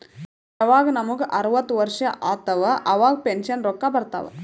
ಯವಾಗ್ ನಮುಗ ಅರ್ವತ್ ವರ್ಷ ಆತ್ತವ್ ಅವಾಗ್ ಪೆನ್ಷನ್ ರೊಕ್ಕಾ ಬರ್ತಾವ್